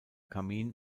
kamin